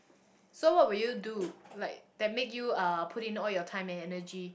so what will you do like that make you uh put in all your time and energy